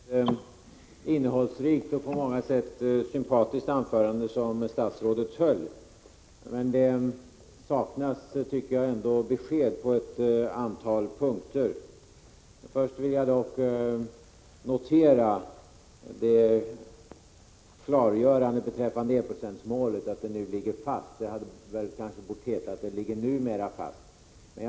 Herr talman! Det var ju ett innehållsrikt och på många sätt sympatiskt anförande som statsrådet höll. Men det saknas, tycker jag, ändå besked på ett antal punkter. Först vill jag dock notera klargörandet att enprocentsmålet nu ligger fast. Det borde kanske ha hetat att enprocentsmålet numera ligger fast.